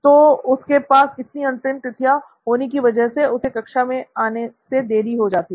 तो उसके पास इतनी अंतिम तिथियां होने की वजह से उसे कक्षा में आने में देरी हो जाती है